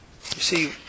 see